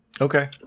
Okay